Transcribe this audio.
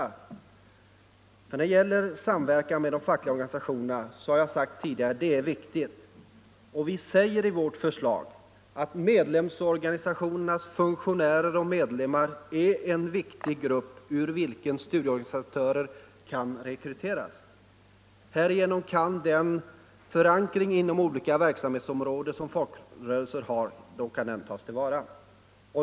Jag har sagt tidigare att en samverkan med de fackliga organisationerna är viktig. Vi säger i vårt förslag att fackföreningsorganisationernas funktionärer och medlemmar är en viktig grupp ur vilken studieorganisatörer kan rekryteras. Härigenom kan den förankring inom de olika verksamhetsområden som folkrörelserna har tas till vara.